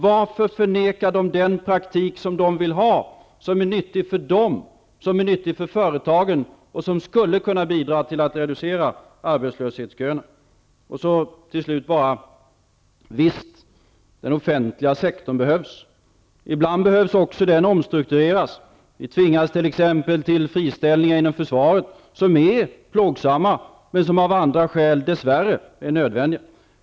Varför förneka dem den praktik som de vill ha, som är nyttig för dem, och som gagnar företagen och som skulle kunna bidra till att reducera arbetslöshetsköerna? Till slut! Visst behövs den offentliga sektorn. Ibland behöver den också omstruktureras. Vi tvingas t.ex. till friställningar inom försvaret, vilka är plågsamma, men av andra skäl dess värre nödvändiga.